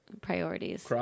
priorities